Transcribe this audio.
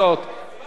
רבותי,